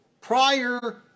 prior